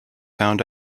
found